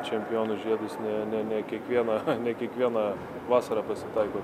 čempionų žiedus ne ne ne kiekvieną ne kiekvieną vasarą pasitaiko